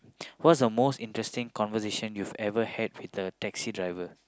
what's the most interesting conversation you've ever had with a taxi driver